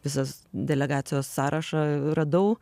visas delegacijos sąrašą radau